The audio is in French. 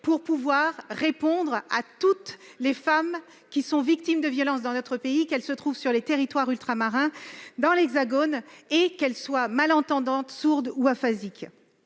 de pouvoir répondre à toutes les femmes qui sont victimes de violences dans notre pays, qu'elles se trouvent dans les territoires ultramarins ou dans l'Hexagone, qu'elles soient ou non malentendantes, sourdes ou aphasiques.